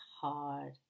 hard